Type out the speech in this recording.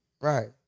Right